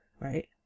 right